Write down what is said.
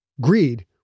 Greed